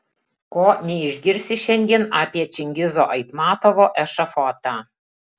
ko neišgirsi šiandien apie čingizo aitmatovo ešafotą